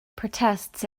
protests